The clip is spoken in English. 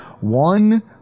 one